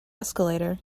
escalator